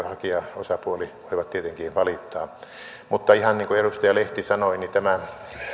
hakijaosapuoli voivat tietenkin valittaa mutta ihan niin kuin edustaja lehti sanoi